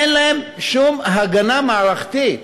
אין להם שום הגנה מערכתית.